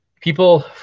people